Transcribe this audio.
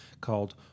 called